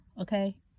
okay